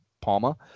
Palma